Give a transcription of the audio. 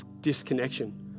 Disconnection